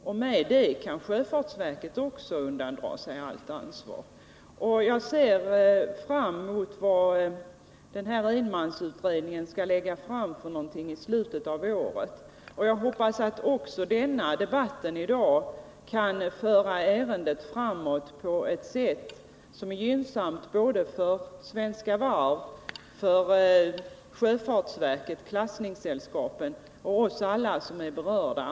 Därmed kan också sjöfartsverket undandra sig allt ansvar. Jag motser enmansutredningens förslag i slutet av året och hoppas att den här debatten kan föra ärendet framåt på ett sätt som är gynnsamt för Svenska Varv, sjöfartsverket, klassningssällskapen och över huvud taget alla som är berörda.